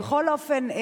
בכל אופן,